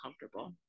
comfortable